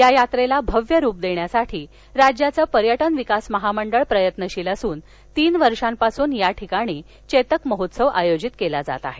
या यात्रेला भव्य रुप देण्यासाठी राज्याचं पर्यटन विकास महामंडळ प्रयत्नशील असुन तीन वर्षांपासून याठिकाणी चेतक महोत्सव आयोजित केला जात आहे